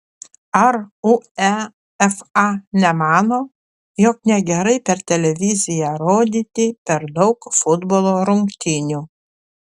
ar uefa nemano jog negerai per televiziją rodyti per daug futbolo rungtynių